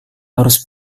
harus